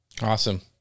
Awesome